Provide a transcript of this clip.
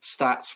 stats